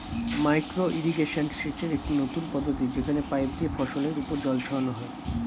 micro irrigation সেচের একটি নতুন পদ্ধতি যেখানে পাইপ দিয়ে ফসলের উপর জল ছড়ানো হয়